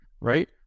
right